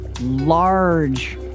large